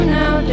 now